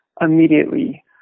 immediately